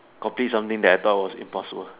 copy something that I thought was impossible